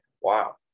Wow